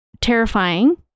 terrifying